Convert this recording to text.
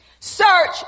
Search